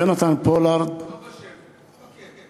יונתן פולארד, לא בשבי, בכלא.